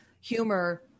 humor